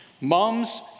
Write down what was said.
Moms